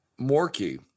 morky